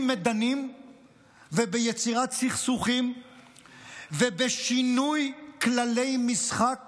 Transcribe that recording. מדנים וביצירת סכסוכים ובשינוי כללי משחק